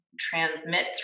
transmit